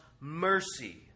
mercy